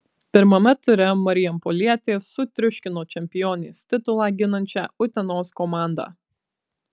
pirmame ture marijampolietės sutriuškino čempionės titulą ginančią utenos komandą